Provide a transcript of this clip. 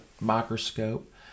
microscope